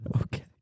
Okay